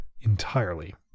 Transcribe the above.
entirely